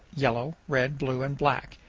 yellow, red, blue, and black,